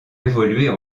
évoluer